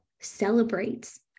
celebrates